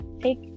take